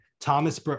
Thomas